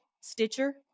Stitcher